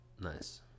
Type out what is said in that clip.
Nice